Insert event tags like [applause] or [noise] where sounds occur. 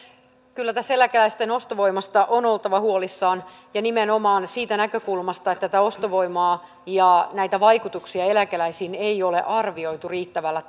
kyllä tässä eläkeläisten ostovoimasta on oltava huolissaan ja nimenomaan siitä näkökulmasta että tätä ostovoimaa ja näitä vaikutuksia eläkeläisiin ei ole arvioitu riittävällä [unintelligible]